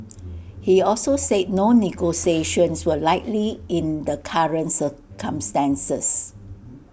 he also said no negotiations were likely in the current circumstances